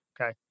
Okay